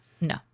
no